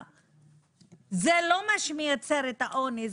זה לא מה שמייצר את העוני.